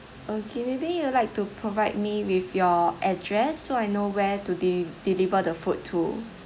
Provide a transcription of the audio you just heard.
okay maybe you would like to provide me with your address so I know where to deli~ deliver the food to